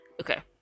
Okay